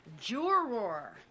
juror